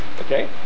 okay